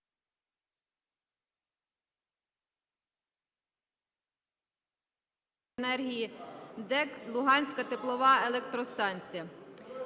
Дякую.